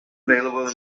available